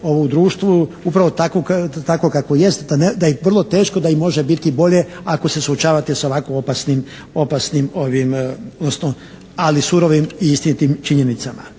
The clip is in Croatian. u društvu upravo takvo kakvo jest, da je vrlo teško da i može biti bolje ako se suočavate sa ovako opasnim, odnosno ali surovim i istinitim činjenicama.